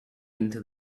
into